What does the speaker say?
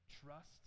trust